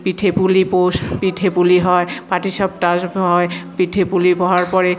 পিঠে পুলি পৌষ পিঠে পুলি হয় পাটিসাপটা হয় পিঠে পুলি হওয়ার পরে